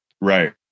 Right